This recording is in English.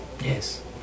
Yes